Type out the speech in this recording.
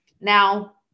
Now